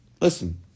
Listen